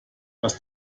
das